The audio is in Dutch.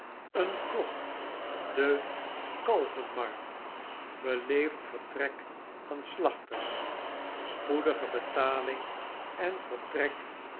een klok de kalvenmarkt beleefd vertrek van slachters spoedige betaling en vertrek